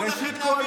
ראשית כול,